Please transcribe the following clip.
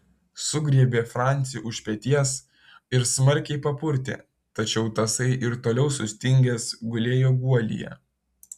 sugriebė francį už peties ir smarkiai papurtė tačiau tasai ir toliau sustingęs gulėjo guolyje